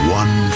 one